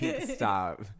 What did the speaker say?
stop